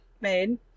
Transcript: made